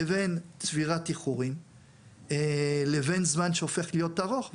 לבין צבירת איחורים לבין זמן שהופך להיות ארוך.